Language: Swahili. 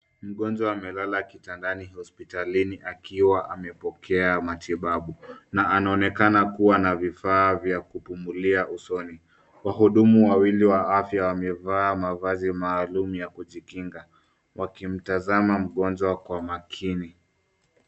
Mgonjwa amelala kitandani hospitalini akiwa amepokea matibabu na anaonekana kuwa na vifaa vya kupumulia usoni. Wahudumu wawili wa afya wamevaa mavazi maalum ya kujikinga wakimtazama mgonjwa kwa makini.